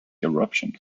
eruption